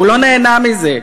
הוא לא נהנה מזה.